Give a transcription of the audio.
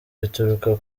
bituruka